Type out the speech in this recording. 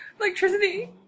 Electricity